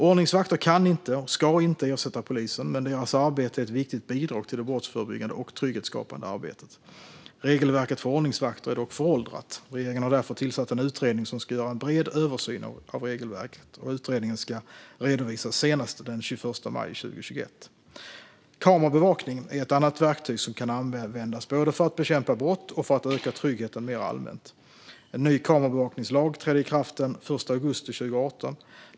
Ordningsvakter kan inte och ska inte ersätta polisen, men deras arbete är ett viktigt bidrag till det brottsförebyggande och trygghetsskapande arbetet. Regelverket för ordningsvakter är dock föråldrat. Regeringen har därför tillsatt en utredning som ska göra en bred översyn av regelverket. Utredningen ska redovisas senast den 21 maj 2021. Kamerabevakning är ett annat verktyg som kan användas både för att bekämpa brott och för att öka tryggheten mer allmänt. En ny kamerabevakningslag trädde i kraft den 1 augusti 2018.